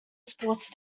sports